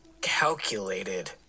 calculated